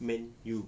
man U